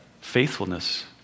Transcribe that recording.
faithfulness